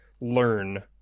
learn